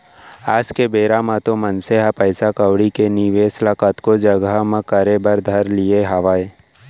आज के बेरा म तो मनसे ह पइसा कउड़ी के निवेस ल कतको जघा म करे बर धर लिये हावय